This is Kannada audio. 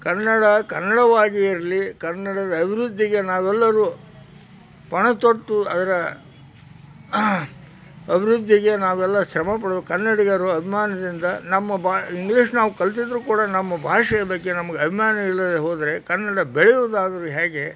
ಕನ್ನಡ ಕನ್ನಡವಾಗಿಯೇ ಇರಲಿ ಕನ್ನಡದ ಅಭಿವೃದ್ಧಿಗೆ ನಾವೆಲ್ಲರೂ ಪಣ ತೊಟ್ಟು ಅದರ ಅಭಿವೃದ್ಧಿಗೆ ನಾವೆಲ್ಲ ಶ್ರಮಪಡಬೇಕು ಕನ್ನಡಿಗರು ಅಭಿಮಾನದಿಂದ ನಮ್ಮ ಬಾ ಇಂಗ್ಲೀಷ್ ನಾವು ಕಲ್ತಿದ್ದರೂ ಕೂಡ ನಮ್ಮ ಭಾಷೆಯ ಬಗ್ಗೆ ನಮಗೆ ಅಭಿಮಾನ ಇಲ್ಲದೇ ಹೋದರೆ ಕನ್ನಡ ಬೆಳೆಯುವುದಾದರೂ ಹೇಗೆ